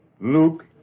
Luke